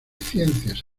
ciencias